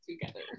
together